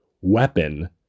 weapon